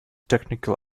technical